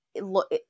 look